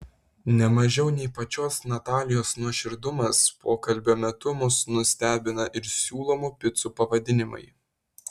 ne mažiau nei pačios natalijos nuoširdumas pokalbio metu mus nustebina ir siūlomų picų pavadinimai